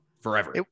forever